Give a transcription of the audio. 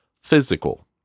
physical